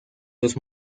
los